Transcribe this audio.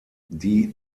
die